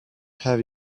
have